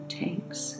takes